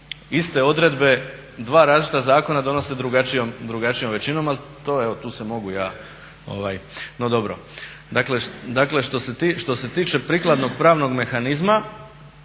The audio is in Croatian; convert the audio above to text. iste odredbe dva različita zakona donese drugačijom većinom, ali tu se mogu ja. No dobro. Dakle, što se tiče prikladnog pravnog mehanizma,